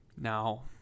Now